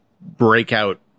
breakout